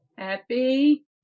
Happy